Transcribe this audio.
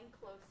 close